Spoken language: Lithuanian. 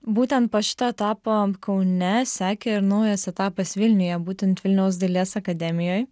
būtent po šito etapo kaune sekė ir naujas etapas vilniuje būtent vilniaus dailės akademijoj